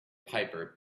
piper